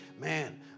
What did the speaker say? man